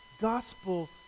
gospel